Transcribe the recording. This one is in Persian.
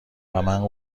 ومن